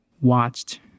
watched